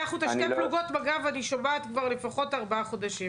על שתי פלוגות מג"ב אני שומעת כבר לפחות ארבעה חודשים.